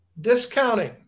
discounting